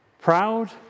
Proud